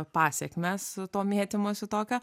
pasekmes to mėtymosi tokio